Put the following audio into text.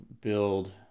build